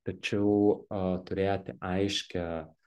tačiau a turėti aiškią